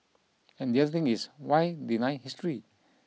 and the other thing is why deny history